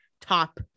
top